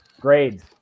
Grades